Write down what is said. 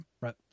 Right